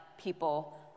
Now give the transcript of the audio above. people